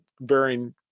bearing